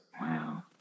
Wow